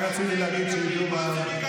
רק רציתי להגיד שידעו מה העם,